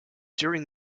during